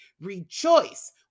rejoice